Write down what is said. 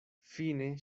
fine